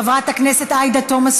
חברת הכנסת עאידה תומא סלימאן,